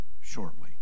shortly